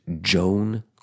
Joan